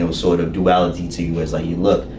um sort of duality to you as ah you look.